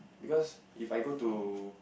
because If I go to